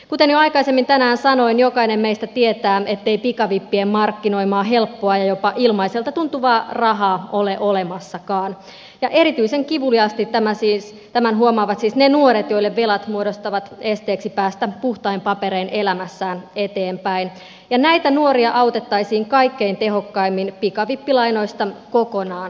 kuten jo aikaisemmin tänään sanoin jokainen meistä tietää ettei pikavippien markkinoimaa helppoa ja jopa ilmaiselta tuntuvaa rahaa ole olemassakaan ja erityisen kivuliaasti tämän huomaavat siis ne nuoret joille velat muodostuvat esteeksi päästä puhtain paperein elämässään eteenpäin ja näitä nuoria autettaisiin kaikkein tehokkaimmin pikavippilainoista kokonaan luopumalla